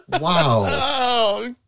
Wow